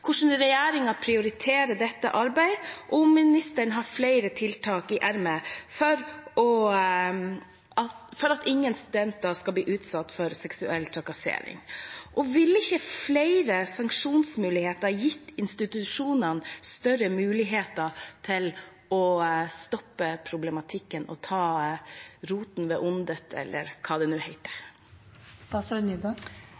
hvordan regjeringen prioriterer dette arbeidet, og om ministeren har flere tiltak i ermet for at ingen studenter skal bli utsatt for seksuell trakassering. Ville ikke flere sanksjonsmuligheter gitt institusjonene større muligheter til å stoppe problematikken og ta ondet ved roten? Jeg synes det